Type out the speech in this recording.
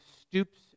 stoops